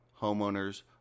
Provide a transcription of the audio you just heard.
homeowners